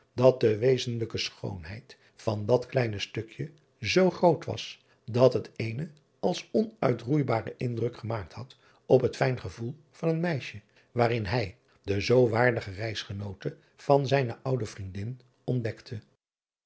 dat de wezenlijke schoonheid van dat kleine stukje zoo groot was dat het eenen als onuitiroebaren indruk gemaakt had op het fijn gevoel van een meisje waarin hij de zoo waardige reisgenoote van zijne oude vriendin ontdekte